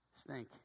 Stink